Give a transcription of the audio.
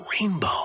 rainbow